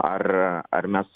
ar ar mes